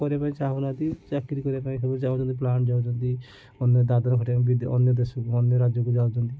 କରିବା ପାଇଁ ଚାହୁଁନାହାଁନ୍ତି ଚାକିରି କରିବା ପାଇଁ ସବୁ ଚାହୁଁଛନ୍ତି ପ୍ଲାଣ୍ଟ ଯାଉଛନ୍ତି ଅନ୍ୟ ଦାଦାନ ଖଟିବାକୁ ଅନ୍ୟ ଦେଶକୁ ଅନ୍ୟ ରାଜ୍ୟକୁ ଯାଉଛନ୍ତି